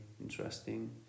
interesting